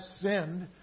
sinned